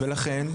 ולכן,